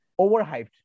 overhyped